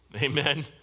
Amen